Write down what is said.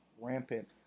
rampant